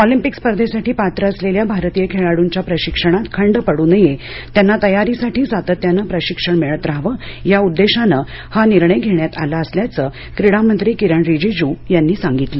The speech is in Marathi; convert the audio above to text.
ऑलिम्पिक स्पर्धेसाठी पात्र असलेल्या भारतीय खेळाडूंच्या प्रशिक्षणात खंड पडू नये त्यांना तयारीसाठी सातत्यानं प्रशिक्षण मिळत राहावं या उद्देशानं हा निर्णय घेण्यात आला असल्याचं क्रीडा मंत्री किरण रिजिजू यांनी सांगितलं